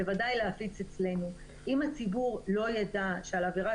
בוודאי להפיץ אצלנו אם הציבור לא ידע שעל עבירה